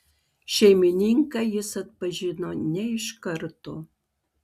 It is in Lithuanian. šeimininką jis atpažino ne iš karto